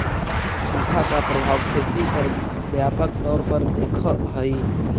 सुखा का प्रभाव खेती पर व्यापक तौर पर दिखअ हई